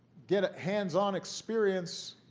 get ah hands-on experience,